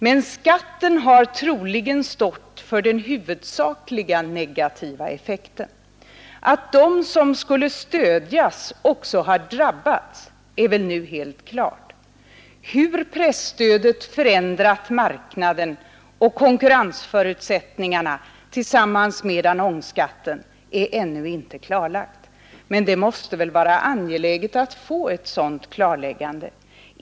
Men skatten har troligen stått för den huvudsakliga negativa effekten. Att de som skulle stödjas också har drabbats är väl nu helt klart. Hur presstödet tillsammans med annonsskatten förändrat marknaden och konkurrensförutsättningarna är ännu inte klarlagt, men det måste väl vara angeläget att få ett sådant klarläggande.